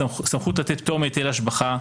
סמכות לתת פטור מהיטל השבחה,